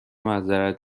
معذرت